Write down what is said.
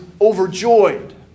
overjoyed